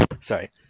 sorry